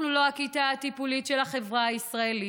אנחנו לא הכיתה הטיפולית של החברה הישראלית,